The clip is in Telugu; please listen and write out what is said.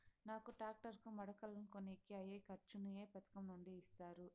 నాకు టాక్టర్ కు మడకలను కొనేకి అయ్యే ఖర్చు ను ఏ పథకం నుండి ఇస్తారు?